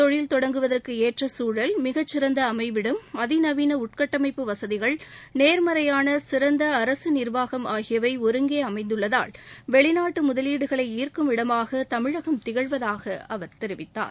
தொழில் தொடங்குவதற்கு ஏற்ற சூழல் மிகச்சிறந்த அமைவிடம் அதிநவீன உள்கட்டமைப்பு வசதிகள் நேர்மறையான சிறந்த அரசு நிர்வாகம் ஆகியவை ஒருங்கே அமைந்துள்ளதால் வெளிநாட்டு முதலீடுகளை ஈர்க்கும் இடமாக தமிழகம் திகழ்வதாக அவர் தெரிவித்தார்